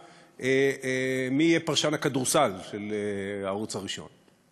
מי יהיה פרשן הכדורסל של הערוץ הראשון.